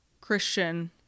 Christian